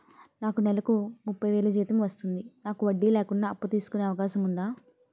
నాకు నేలకు ముప్పై వేలు జీతం వస్తుంది నాకు వడ్డీ లేకుండా అప్పు తీసుకునే అవకాశం ఉందా